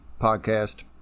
podcast